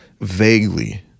vaguely